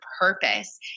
purpose